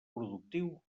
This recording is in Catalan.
productiu